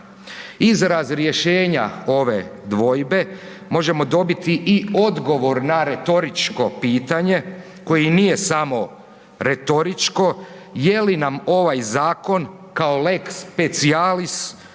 Izraz rješenja ove dvojbe možemo dobiti i odgovor na retoričko pitanje koje nije samo retoričko, je li nam ovaj zakon kao lex spacialis